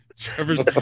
Trevor's